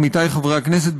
עמיתיי חברי הכנסת,